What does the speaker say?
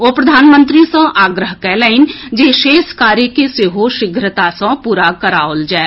ओ प्रधानमंत्री सँ आग्रह कयलनि जे शेष कार्य के सेहो शीघ्रता सँ पूरा कराओल जाए